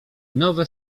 nowe